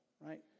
right